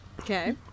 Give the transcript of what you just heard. Okay